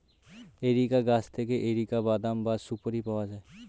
areca গাছ থেকে areca বাদাম বা সুপোরি পাওয়া যায়